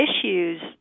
issues